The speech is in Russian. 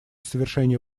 совершение